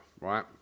right